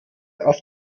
auf